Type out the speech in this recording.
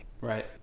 Right